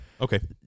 okay